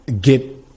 get